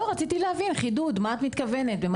רציתי להבין למה את מתכוונת.